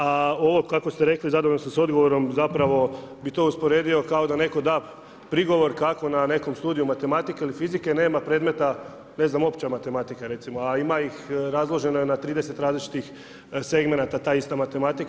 A ovo kako ste rekli, zadovoljan sam sa odgovorom zapravo bih to usporedio kao da netko da prigovor kako na nekom studiju matematike ili fizike nema predmeta, ne znam opća matematika, recimo, a ima ih, razloženo je na 30 različitih segmenata ta ista matematika.